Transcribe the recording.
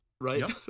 right